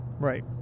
Right